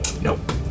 Nope